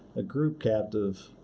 a group captive,